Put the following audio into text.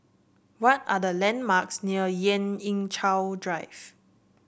what are the landmarks near Lien Ying Chow Drive